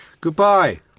goodbye